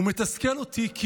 הוא מתסכל אותי כי